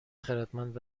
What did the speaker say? خردمند